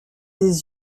des